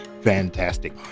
fantastic